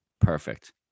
perfect